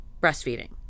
breastfeeding